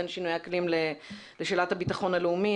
בין שינויי אקלים לשאלת הביטחון הלאומי.